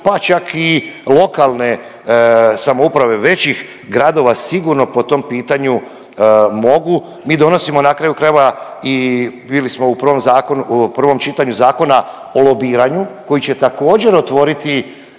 pa čak i lokalne samouprave većih gradova sigurno po tom pitanju mogu, mi donosimo na kraju krajeva i bili smo u prvom zakonu, u prvom čitanju Zakona o lobiranju koji će također otvoriti